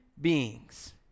beings